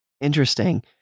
Interesting